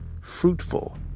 fruitful